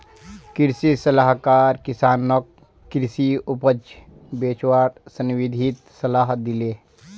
कृषि सलाहकार किसानक कृषि उपज बेचवार संबंधित सलाह दिले